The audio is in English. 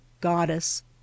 goddess